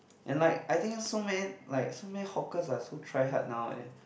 and like I think so many like so many hawkers are so try hard now eh